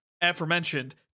aforementioned